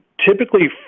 typically